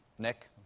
nick,